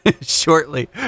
shortly